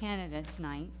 candidates night